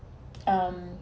um